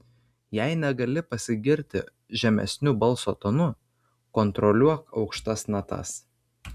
jei negali pasigirti žemesniu balso tonu kontroliuok aukštas natas